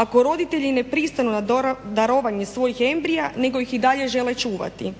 Ako roditelji ne pristanu na darovanje svojih embrija nego ih i dalje ne žele čuvati.